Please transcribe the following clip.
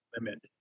limit